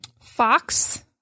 Fox